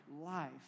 life